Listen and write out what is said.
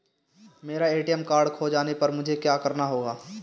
मेरा ATM card खो जाने पर मुझे क्या करना होगा?